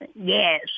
Yes